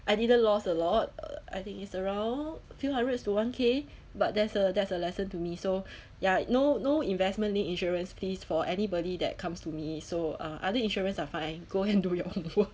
I didn't lost a lot uh I think it's around few hundreds to one K but that's a that's a lesson to me so ya no no investment linked insurance please for anybody that comes to me so uh other insurance are fine go and do your own work